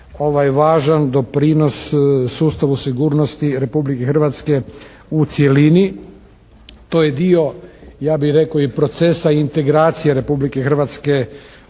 ovaj važan doprinos sustavu sigurnosti Republike Hrvatske u cjelini, to je dio ja bih rekao i procesa integracije Republike Hrvatske u sigurnosne